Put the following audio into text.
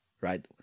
right